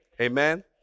Amen